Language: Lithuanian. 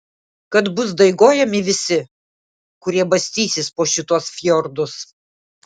kad bus daigojami visi kurie bastysis po šituos fjordus